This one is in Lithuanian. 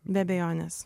be abejonės